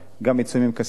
גם עניין העיצומים הכספיים,